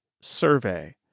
survey